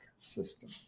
system